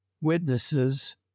witnesses